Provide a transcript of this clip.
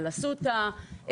על אסותא,